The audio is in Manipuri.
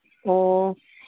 ꯑꯣ